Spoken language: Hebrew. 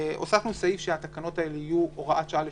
הוספנו סעיף שהתקנות האלה יהיו הוראת שעה לשנה.